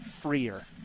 Freer